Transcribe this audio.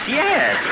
yes